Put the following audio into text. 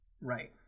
Right